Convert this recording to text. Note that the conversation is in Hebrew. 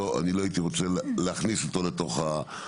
לא הייתי רוצה להכניס אותו לתוך זה,